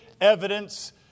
evidence